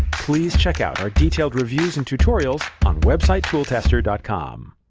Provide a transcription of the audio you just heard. please check out our detailed reviews and tutorials on websitetooltester com!